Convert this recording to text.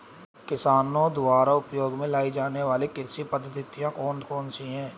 किसानों द्वारा उपयोग में लाई जाने वाली कृषि पद्धतियाँ कौन कौन सी हैं?